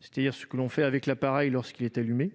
c'est-à-dire ce que l'on fait avec l'appareil lorsqu'il est allumé.